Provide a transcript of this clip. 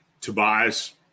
Tobias